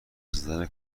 زدم